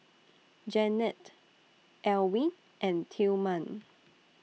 Janette Elwyn and Tillman